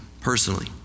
personally